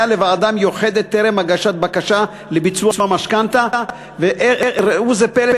לוועדה מיוחדת טרם הגשת בקשה לביצוע משכנתה) וראו איזה פלא,